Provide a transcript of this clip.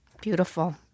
Beautiful